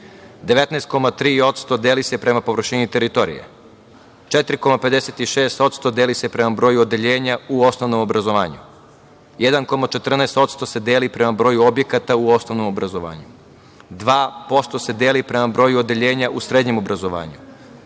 19,3% deli se prema površini teritorije, 4,56% deli se prema broju odeljenja u osnovnom obrazovanju, 1,14% se deli prema broju objekata u osnovnom obrazovanju, 2% se deli prema broju odeljenja u srednjem obrazovanju,